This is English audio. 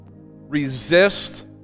resist